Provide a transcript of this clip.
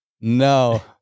no